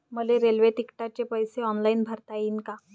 मले रेल्वे तिकिटाचे पैसे ऑनलाईन भरता येईन का?